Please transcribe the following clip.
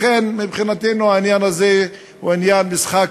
לכן מבחינתנו העניין הזה הוא משחק קואליציוני,